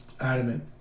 adamant